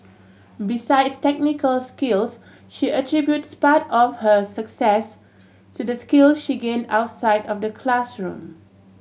besides technical skills she attributes part of her success to the skills she gain outside of the classroom